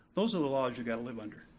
those are the laws you gotta live under.